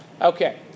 Okay